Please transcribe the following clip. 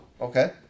okay